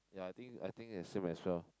ya I think I think is same as well